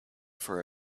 for